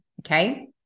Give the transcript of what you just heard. Okay